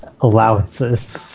allowances